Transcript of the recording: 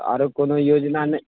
आरो कोनो योजना नहि